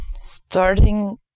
starting